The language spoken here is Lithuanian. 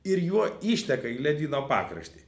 ir juo išteka į ledyno pakraštį